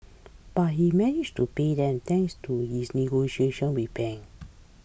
but he managed to pay them thanks to his negotiations with banks